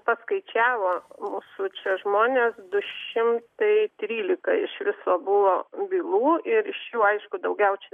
paskaičiavo mūsų čia žmonės du šimtai trylika iš viso buvo bylų ir iš jų aišku daugiausia